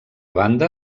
banda